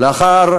לאחר